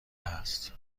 است